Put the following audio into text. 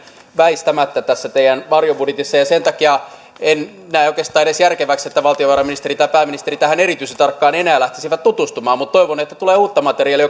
väistämättä tässä teidän varjobudjetissanne höttönen ja sen takia en näe oikeastaan edes järkeväksi että valtiovarainministeri tai pääministeri tähän erityisen tarkkaan enää lähtisi tutustumaan mutta toivon että tulee uutta materiaalia